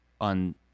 on